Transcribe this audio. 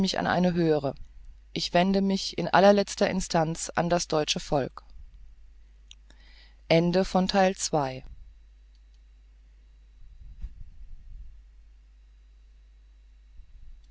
an eine höhere ich wende mich in allerletzter instanz an das deutsche volk